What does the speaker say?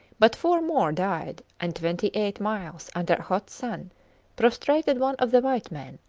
but four more died and twenty-eight miles under a hot sun prostrated one of the white men,